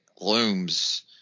looms